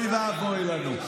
אוי ואבוי לנו.